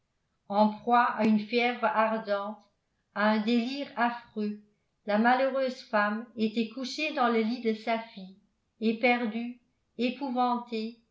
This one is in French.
en proie à une fièvre ardente à un délire affreux la malheureuse femme était couchée dans le lit de sa fille éperdue épouvantée